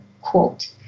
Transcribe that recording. quote